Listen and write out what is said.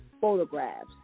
photographs